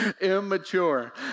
immature